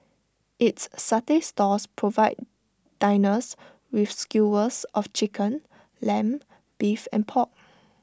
its satay stalls provide diners with skewers of Chicken Lamb Beef and pork